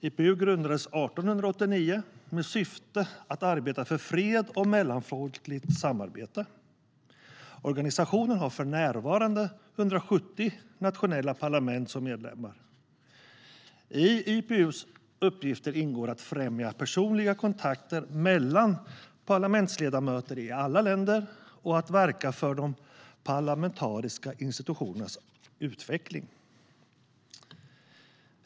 IPU grundades 1889 med syftet att arbeta för fred och mellanfolkligt samarbete. Organisationen har för närvarande 170 nationella parlament som medlemmar. I IPU:s uppgifter ingår att främja personliga kontakter mellan parlamentsledamöter i alla länder och att verka för de parlamentariska institutionernas utveckling.